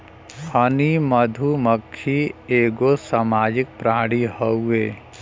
हनी मधुमक्खी एगो सामाजिक प्राणी हउवे